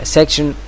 Section